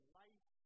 life